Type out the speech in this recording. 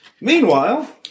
Meanwhile